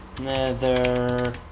nether